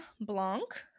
Blanc